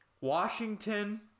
Washington